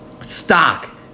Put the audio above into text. stock